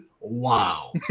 Wow